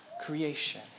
creation